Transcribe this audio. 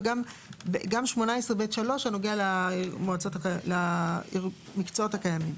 וגם 18(ב)(3) הנוגע למקצועות הקיימים.